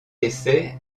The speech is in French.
essais